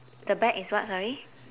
the back is what sorry